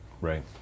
right